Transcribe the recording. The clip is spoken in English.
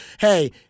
Hey